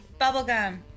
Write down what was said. bubblegum